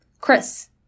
Chris